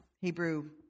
Hebrew